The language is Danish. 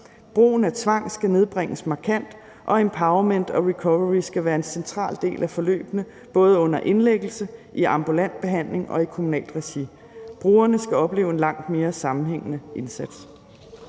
Brugen af tvang skal nedbringes markant og »empowerment« og »recovery« skal være en central del af forløbene, både under indlæggelse, i ambulant behandling og i kommunalt regi. Brugerne skal opleve en langt mere sammenhængende indsats«.